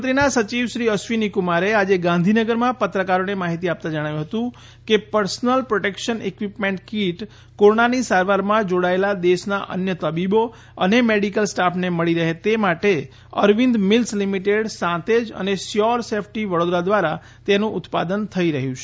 મુખ્યમંત્રીના સચિવ શ્રી અશ્વિની કુમારે આજે ગાંધીનગરમાં પત્રકારોને માહિતી આપતા જણાવ્યું હતું કે પર્સનલ પ્રોટેકશન ઇકવીપમેન્ટ કીટ કોરોનાની સારવારમાં જોડાયેલા દેશના અન્ય તબીબો અને મેડીકલ સ્ટાફને મળી રહે તે માટે અરવિંદ મીલ્સ લીમીટેડ સાંતેજ અને સ્યોર સેફટી વડોદરા ધ્વારા તેનું ઉત્પાદન થઇ રહથું છે